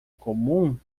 comum